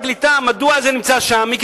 מדוע זה נמצא במשרד הקליטה?